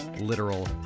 literal